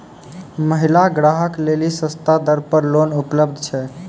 महिला ग्राहक लेली सस्ता दर पर लोन उपलब्ध छै?